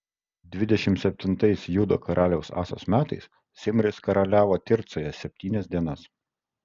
dvidešimt septintais judo karaliaus asos metais zimris karaliavo tircoje septynias dienas